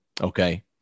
okay